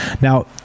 now